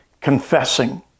confessing